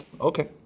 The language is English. Okay